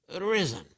risen